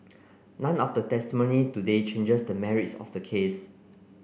none of the testimony today changes the merits of the case